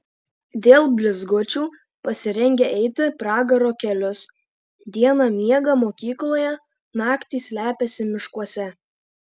dėl blizgučių pasirengę eiti pragaro kelius dieną miega mokykloje naktį slepiasi miškuose